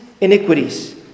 iniquities